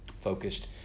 focused